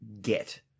get